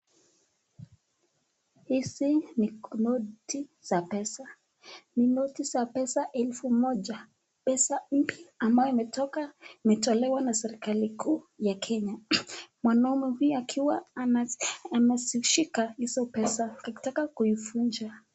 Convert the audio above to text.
Hizi ni noti za pesa ni noti za pesa elfu moja pesa ambayo imetoka imetolewa na serekali kuu ya kenya mwanaume pia akiwa ameshika hizo pesa anataka kuivunja.